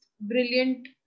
brilliant